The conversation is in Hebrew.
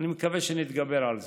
אני מקווה שנתגבר על זה.